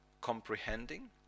comprehending